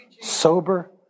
sober